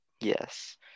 Yes